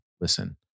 listen